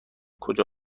کجا